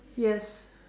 yes